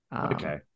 Okay